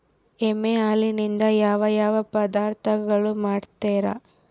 ಎಮ್ಮೆ ಹಾಲಿನಿಂದ ಯಾವ ಯಾವ ಪದಾರ್ಥಗಳು ಮಾಡ್ತಾರೆ?